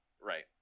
Right